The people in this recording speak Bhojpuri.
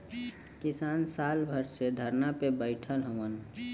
किसान साल भर से धरना पे बैठल हउवन